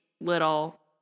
little